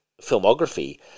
filmography